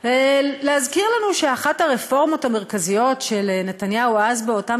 ולהזכיר לנו שאחת הרפורמות המרכזיות של נתניהו אז באותם